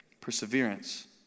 Perseverance